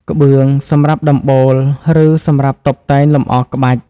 ក្បឿង: សម្រាប់ដំបូល ឬសម្រាប់តុបតែងលម្អក្បាច់។